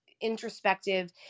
introspective